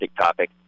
topic